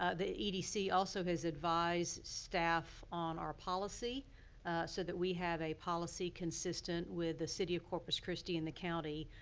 ah the edc also has advised staff on our policy so that we have a policy consistent with the city of corpus christi and the county.